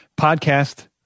Podcast